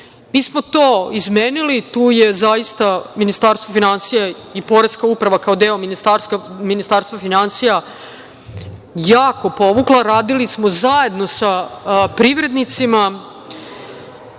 smo to izmenili, tu je zaista Ministarstvo finansija i Poreska uprava kao deo Ministarstva finansija jako povukla, radili smo zajedno sa privrednicima